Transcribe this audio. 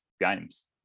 games